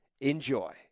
Enjoy